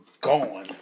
gone